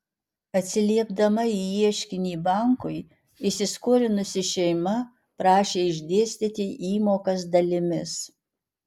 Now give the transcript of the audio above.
atsiliepdama į ieškinį bankui įsiskolinusi šeima prašė išdėstyti įmokas dalimis